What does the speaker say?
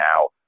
now